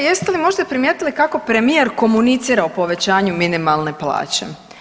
Jeste li možda primijetili kako premijer komunicira o povećanju minimalne plaće?